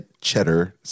cheddar